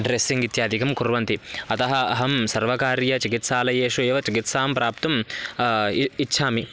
dressing इत्यादिकं कुर्वन्ति अतः अहं सर्वकारीय चिकित्सालयेषु एव चिकित्सां प्राप्तुम् इ इच्छामि